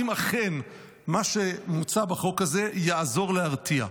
האם אכן מה שמוצע בחוק הזה יעזור להרתיע?